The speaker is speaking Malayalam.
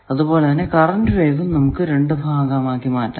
അതുപോലെ കറന്റ് വേവും നമുക്ക് രണ്ടു ഭാഗമാക്കി മാറ്റാം